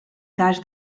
cas